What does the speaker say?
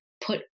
put